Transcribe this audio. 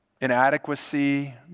inadequacy